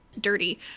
dirty